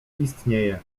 istnieję